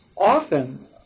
often